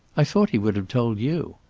i thought he would have told you.